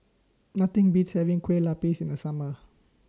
Nothing Beats having Kueh Lupis in The Summer